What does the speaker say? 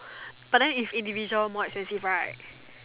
but then if it's individual more expensive right